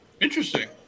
Interesting